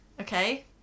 okay